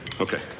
Okay